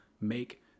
make